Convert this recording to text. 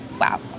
wow